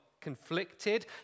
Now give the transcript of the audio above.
conflicted